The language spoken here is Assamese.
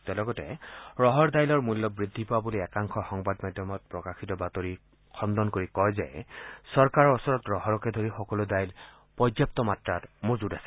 তেওঁ লগতে ৰহৰ ডাইলৰ মূল্য বৃদ্ধি পোৱা বুলি একাংশ সংবাদ মাধ্যমত প্ৰকাশিত বাতৰিৰ সত্যাসত্য নুই কৰি কয় যে চৰকাৰৰ ওচৰত ৰহৰসহ সকলো ডাইল পৰ্যাপ্ত মাত্ৰাত মজুত আছে